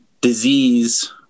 disease